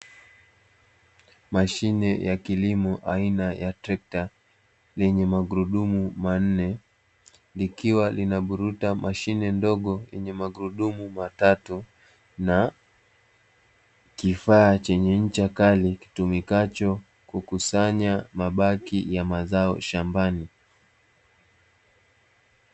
Mashine ya kilimo aina ya trekta, lenye magurudumu manne, likiwa linaburuta mashine ndogo yenye magurudumu matatu, na kifaa chenye ncha kali kitumikacho kukusanya mabaki ya mazao shambani.